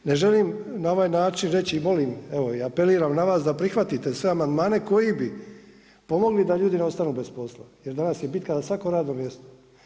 Ne želim na ovaj način reći molim evo i apeliram na vas da prihvatite sve amandmane koji bi pomogli da ljudi ne ostanu bez posla, jer danas je bitka za svako radno mjesto.